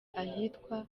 ahitwa